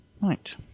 right